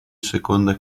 seconda